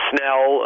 Snell